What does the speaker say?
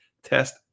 test